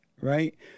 Right